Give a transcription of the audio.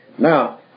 Now